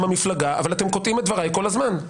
במפלגה אבל את קוטעים את דבריי כל הזמן.